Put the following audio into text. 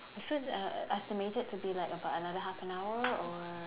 so uh estimated to be like about another half an hour or